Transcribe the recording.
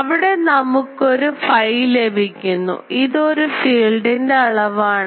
ഇവിടെ നമുക്കൊരു ഫൈ ലഭിക്കുന്നു ഇത് ഒരു ഫീൽഡിൻറെ അളവാണ്